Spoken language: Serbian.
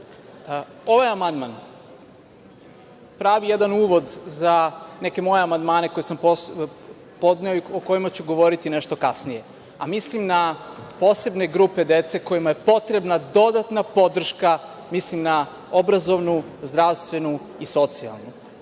amandman pravi jedan uvod za neke moje amandmane koje sam podneo i o kojima ću govoriti našto kasnije, a mislim na posebne grupe dece kojima je potrebna dodatna podrška, mislim na obrazovnu, zdravstvenu i socijalnu. Vaš